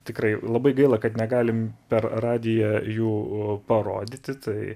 tikrai labai gaila kad negalim per radiją jų u parodyti tai